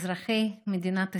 אזרחי מדינת ישראל,